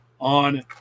on